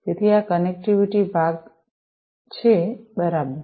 તેથી આ આ કનેક્ટિવિટી ભાગ છે બરાબર